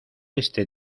este